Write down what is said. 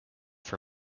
for